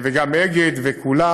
וגם אגד וכולן.